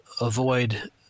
avoid